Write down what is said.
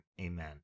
amen